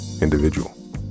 individual